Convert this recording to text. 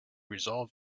resolved